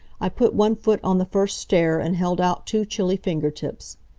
i put one foot on the first stair and held out two chilly fingertips.